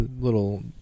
little